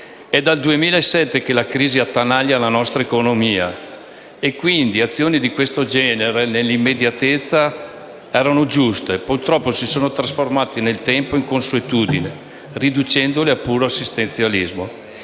È dal 2007 che la crisi attanaglia la nostra economia e quindi azioni di questo genere, nell'immediatezza, erano giuste, ma purtroppo si sono trasformate nel tempo in consuetudine, riducendosi a puro assistenzialismo.